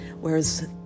Whereas